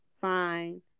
fine